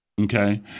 Okay